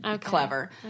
clever